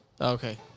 Okay